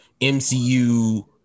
MCU